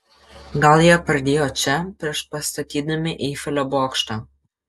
gal jie pradėjo čia prieš pastatydami eifelio bokštą